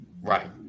Right